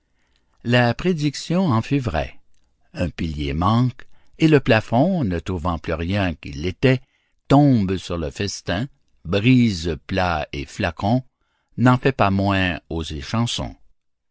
la prédiction en fut vraie un pilier manque et le plafond ne trouvant plus rien qui l'étaie tombe sur le festin brise plats et flacons n'en fait pas moins aux